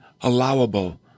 allowable